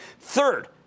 Third